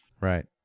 Right